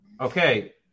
Okay